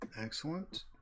excellent